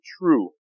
true